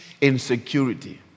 insecurity